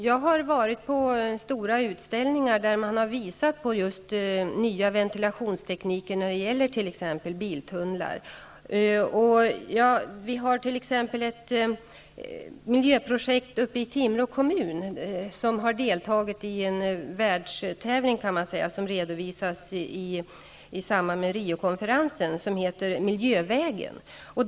Jag har varit på stora utställningar där man har visat på just nya ventilationstekniker när det gäller t.ex. biltunnlar. Det finns ett miljöprojekt i Timrå kommun som heter Miljövägen och som har deltagit i vad man kan kalla en världstävling, vilken kommer att redovisas i samband med Riokonferensen.